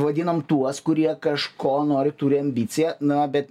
vadinam tuos kurie kažko nori turi ambiciją na bet